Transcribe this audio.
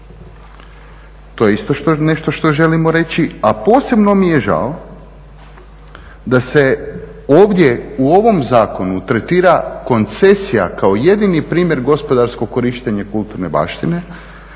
To je isto nešto što želimo reći. A posebno mi je žao da se ovdje u ovom zakonu tretira koncesija kao jedini primjer gospodarskog korištenja kulturne baštine